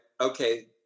okay